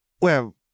Well